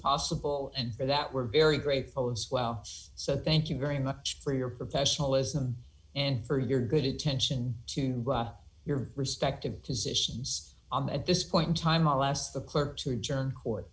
possible and for that we're very grateful as well so thank you very much for your professionalism and for your good attention to your respective positions on at this point in time all asked the clerk to german court